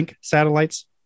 satellites